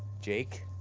jake.